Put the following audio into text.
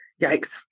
Yikes